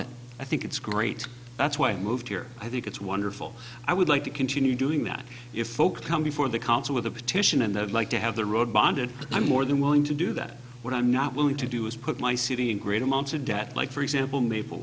it i think it's great that's why i moved here i think it's wonderful i would like to continue doing that if folks come before the council with a petition and the like to have the road bonded i'm more than willing to do that what i'm not willing to do is put my city in great amounts of debt like for example maple